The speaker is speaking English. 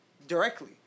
Directly